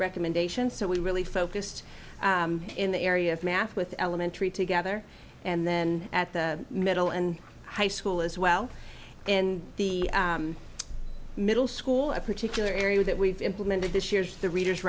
recommendations so we really focused in the area of math with elementary together and then at the middle and high school as well in the middle school a particular area that we've implemented this year's the readers